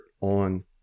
on